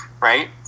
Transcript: right